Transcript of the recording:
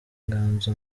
inganzo